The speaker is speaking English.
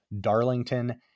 Darlington